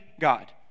God